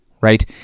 right